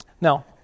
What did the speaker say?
Now